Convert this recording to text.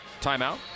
timeout